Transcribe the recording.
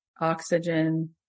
oxygen